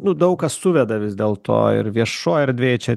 nu daug kas suveda vis dėl to ir viešoj erdvėj čia